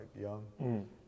young